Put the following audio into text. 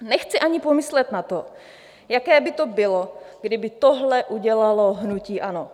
Nechci ani pomyslet na to, jaké by to bylo, kdyby tohle udělalo hnutí ANO.